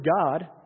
God